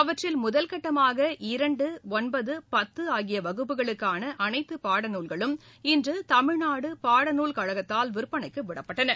அவற்றில் முதல்கட்டமாக இரண்டு ஒன்பது பத்து ஆகிய வகுப்புகளுக்கான அனைத்து பாடநூல்களும் இன்று தமிழ்நாடு பாடநூல் கழகத்தால் விற்பனைக்கு விடப்பட்டன